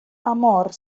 amor